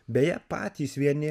beje patys vieni